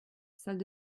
salle